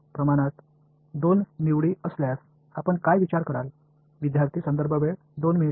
இரண்டு தேர்வுகள் அதாவது L விகிதாசாரம் 1L விகிதாசாரம் இருந்தால் நீங்கள் எதை நினைப்பீர்கள்